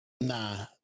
Nah